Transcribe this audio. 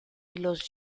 los